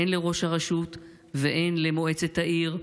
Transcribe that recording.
הן לראש הרשות והן למועצת העיר.